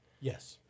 Yes